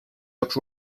jocs